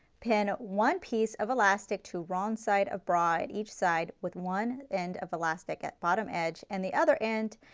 pin one piece of elastic to wrong side of bra and each side with one end of elastic at bottom edge. and the other end,